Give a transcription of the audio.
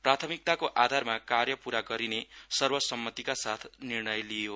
प्राथमिकताको आधारमा कार्य पूरा गरिने सर्वसम्मतिका साथ निर्णय लिइयो